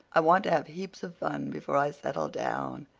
i want to have heaps of fun before i settle down.